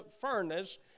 furnace